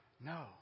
No